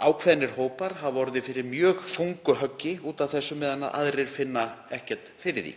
ákveðnir hópar hafa orðið fyrir mjög þungu höggi út af þessu meðan aðrir finna ekkert fyrir því,